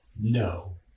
No